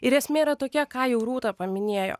ir esmė yra tokia ką jau rūta paminėjo